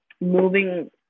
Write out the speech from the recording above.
moving